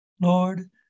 Lord